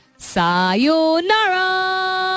Sayonara